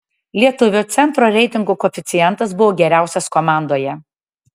lietuvio centro reitingo koeficientas buvo geriausias komandoje